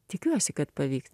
tikiuosi kad pavyks